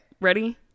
ready